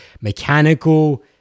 mechanical